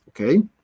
Okay